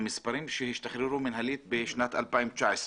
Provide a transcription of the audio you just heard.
המספרים שהשתחררו מנהלית בשנת 2019,